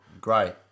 Great